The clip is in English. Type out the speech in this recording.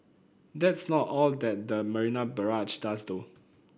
that's not all that the Marina Barrage does though